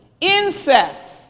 incest